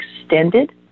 extended